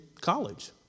college